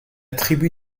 tribu